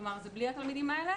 כלומר זה בלי התלמידים האלה,